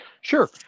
Sure